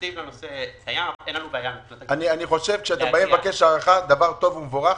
אני חושב שזה שבאתם עם ההארכה דבר טוב ומבורך,